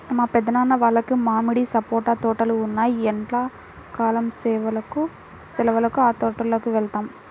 మా పెద్దనాన్న వాళ్లకి మామిడి, సపోటా తోటలు ఉన్నాయ్, ఎండ్లా కాలం సెలవులకి ఆ తోటల్లోకి వెళ్తాం